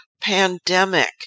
pandemic